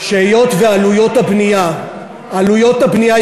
שהיות שעלויות הבנייה ידועות,